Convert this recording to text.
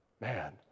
Man